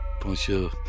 Bonjour